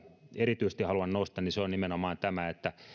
erityisesti haluan nostaa niin se on nimenomaan tämä että